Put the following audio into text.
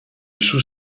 sous